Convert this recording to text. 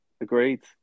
agreed